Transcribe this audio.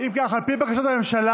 אם ככה, על פי בקשת הממשלה,